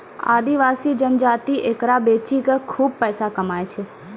आदिवासी जनजाति एकरा बेची कॅ खूब पैसा कमाय छै